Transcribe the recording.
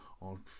on